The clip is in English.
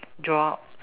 jobs